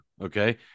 okay